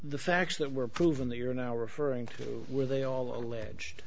the facts that were proven that you're now referring to were they all alleged